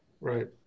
Right